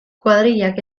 kuadrillak